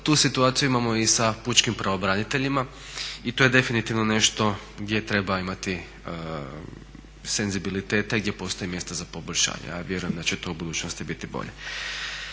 tu situaciju imamo i sa pučkim pravobraniteljima i to je definitivno nešto gdje treba imati senzibiliteta i gdje postoje mjesta za poboljšanja. Ja vjerujem da će to u budućnosti biti bolje.